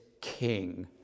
king